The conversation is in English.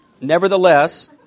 Nevertheless